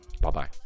bye-bye